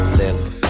little